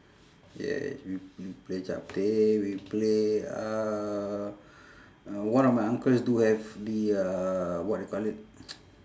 yes we we play chapteh we play uh uh one of my uncles do have the uh what you call it